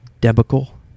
debacle